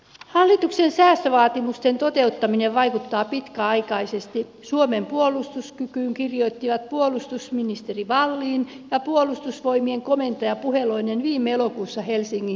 hallituksen säästövaatimusten toteuttaminen vaikuttaa pitkäaikaisesti suomen puolustuskykyyn kirjoittivat puolustusministeri wallin ja puolustusvoimien komentaja puheloinen viime elokuussa helsingin sanomissa